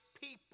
people